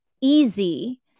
easy